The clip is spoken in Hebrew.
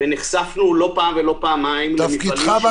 ונחשפנו לא פעם ולא פעמיים -- תפקידך בכוח?